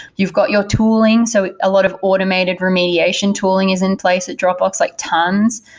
you've got your tooling. so a lot of automated remediation tooling is in place at dropbox, like tons.